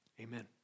Amen